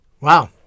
Wow